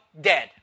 dead